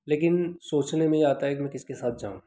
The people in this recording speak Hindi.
लेकिन सोचने में ये आता है कि मैं किसके साथ जाऊँ